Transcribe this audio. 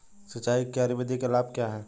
सिंचाई की क्यारी विधि के लाभ क्या हैं?